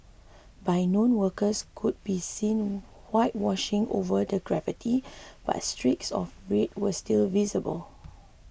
by noon workers could be seen whitewashing over the graffiti but streaks of red were still visible